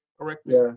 correctly